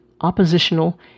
oppositional